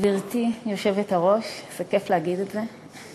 גברתי היושבת-ראש, איזה כיף להגיד את זה,